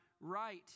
right